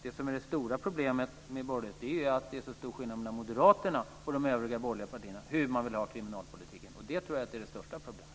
Det som är det stora problemet med borgerligheten är att det är så stora skillnader mellan Moderaterna och de övriga borgerliga partierna i frågan om hur man vill ha kriminalpolitiken. Det tror jag är det största problemet.